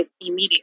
immediately